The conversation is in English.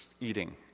eating